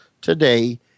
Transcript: today